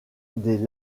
des